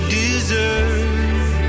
deserve